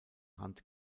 hand